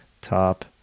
top